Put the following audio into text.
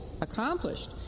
accomplished